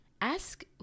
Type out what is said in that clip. ask